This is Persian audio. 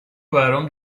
برام